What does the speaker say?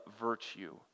virtue